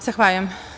Zahvaljujem.